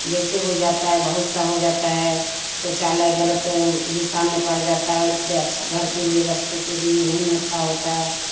जैसे हो जाता है बहुत सा हो जाता है शौचालय गलत दिशा में पड़ जाता है उस से अच्छा घर के लिए वास्तु के लिए नहीं अच्छा होता है